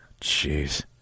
Jeez